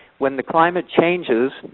when the climate changes,